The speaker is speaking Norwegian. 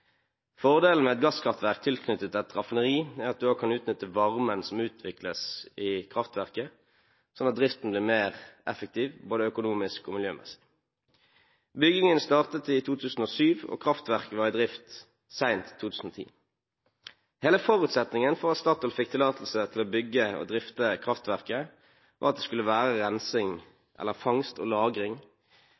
Fordelen med et gasskraftverk tilknyttet et raffineri er at man kan utnytte varmen som utvikles i kraftverket, slik av driften blir mer effektiv både økonomisk og miljømessig. Byggingen startet i 2007, og kraftverket var i drift sent i 2010. Hele forutsetningen for at Statoil fikk tillatelse til å bygge og drifte kraftverket, var at det skulle være rensing eller fangst og lagring